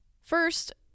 first